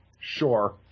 Sure